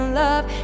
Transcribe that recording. love